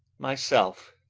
myself